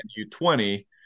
u20